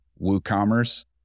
WooCommerce